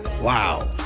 Wow